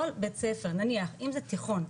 כל בית ספר נניח אם זה תיכון,